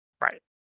Right